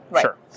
Sure